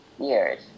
years